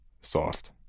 soft